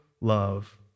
love